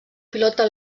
pilota